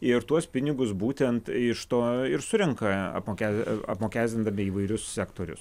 ir tuos pinigus būtent iš to ir surenka apmoke apmokestindami įvairius sektorius